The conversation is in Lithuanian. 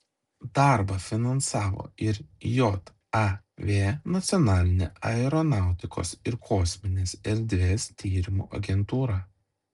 darbą finansavo ir jav nacionalinė aeronautikos ir kosminės erdvės tyrimų agentūra